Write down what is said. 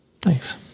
Thanks